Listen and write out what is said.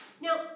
Now